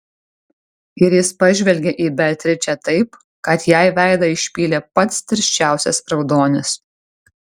ir jis pažvelgė į beatričę taip kad jai veidą išpylė pats tirščiausias raudonis